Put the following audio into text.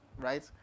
right